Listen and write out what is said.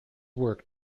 work